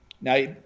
Now